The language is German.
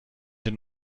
den